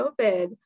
COVID